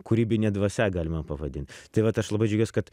kūrybine dvasia galima pavadint tai vat aš labai džiaugiuos kad